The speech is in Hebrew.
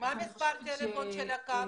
מה מספר הטלפון של המוקד?